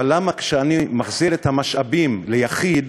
אבל למה כשאני מחזיר את המשאבּים ליחיד,